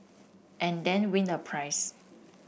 and then win a prize